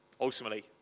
Ultimately